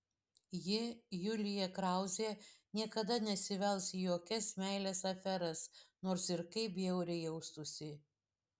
ji julija krauzė niekada nesivels į jokias meilės aferas nors ir kaip bjauriai jaustųsi